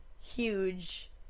huge